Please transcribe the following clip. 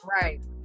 right